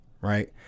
right